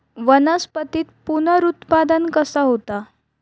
वनस्पतीत पुनरुत्पादन कसा होता?